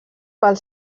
pel